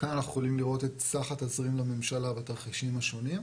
כאן יכולים לראות את סך התזרים לממשלה בתרחישים השונים.